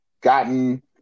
gotten –